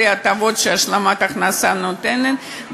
בלי ההטבות שהשלמת הכנסה נותנת,